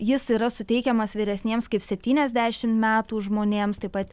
jis yra suteikiamas vyresniems kaip septyniasdešimt metų žmonėms taip pat